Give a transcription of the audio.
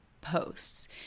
posts